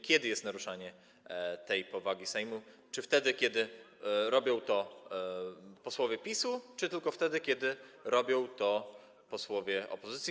Kiedy jest naruszanie tej powagi Sejmu: czy wtedy, kiedy robią to posłowie PiS-u, czy tylko wtedy, kiedy robią to posłowie opozycji?